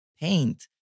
paint